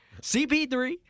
CP3